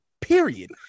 period